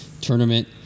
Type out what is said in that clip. tournament